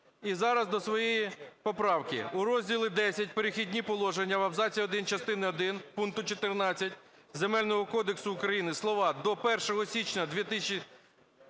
І зараз до своєї поправки. У Розділі X "Перехідні положення" в абзаці один частини один пункту 14 Земельного кодексу України слова "До 1 січня 2024